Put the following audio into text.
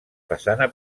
façana